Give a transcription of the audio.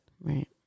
Right